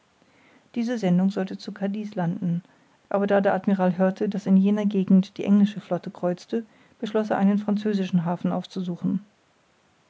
diese sendung sollte zu cadix landen aber da der admiral hörte daß in jener gegend die englische flotte kreuzte beschloß er einen französischen hafen aufzusuchen